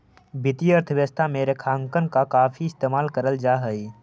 वित्तीय अर्थशास्त्र में रेखांकन का काफी इस्तेमाल करल जा हई